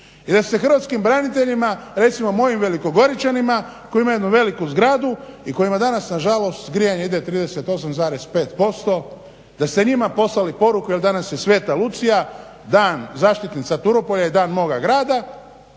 i da se hrvatskih braniteljima recimo mojim velikogoričanima koji imaju jednu veliku zgradu i kojima danas nažalost grijanje ide 38,5 % da se njima poslali poruku jer danas je Sveta Lucija, dan zaštitnica Turopolja i dan moga grada